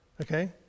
Okay